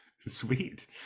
Sweet